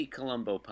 Colombo